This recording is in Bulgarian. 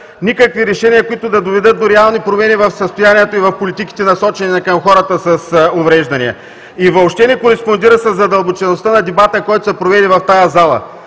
никакви решения, които да доведат до реални промени в състоянието и в политиките, насочени към хората с увреждания, и въобще не кореспондира със задълбочеността на дебата, който се проведе, на